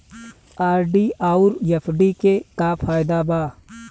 RD आउर FD के का फायदा बा?